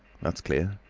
that's clear.